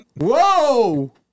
Whoa